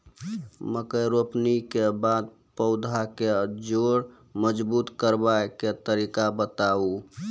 मकय रोपनी के बाद पौधाक जैर मजबूत करबा के तरीका बताऊ?